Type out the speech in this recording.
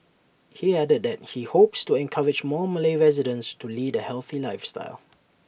he added that he hopes to encourage more Malay residents to lead A healthy lifestyle